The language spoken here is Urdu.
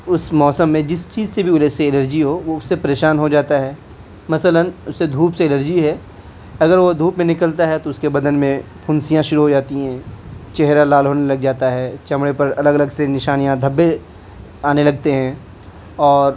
اس موسم میں جس چیز سے بھی اسے الرجی ہو وہ اس سے پریشان ہو جاتا ہے مثلاً اسے دھوپ سے الرجی ہے اگر وہ دھوپ میں نکلتا ہے تو اس کے بدن میں پھنسیاں شروع ہو جاتی ہیں چہرہ لال ہونے لگ جاتا ہے چمڑے پر الگ الگ سے نشانیاں دھبے آنے لگتے ہیں اور